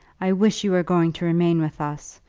i wish you were going to remain with us.